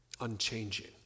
unchanging